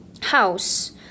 house